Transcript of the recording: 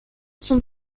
sont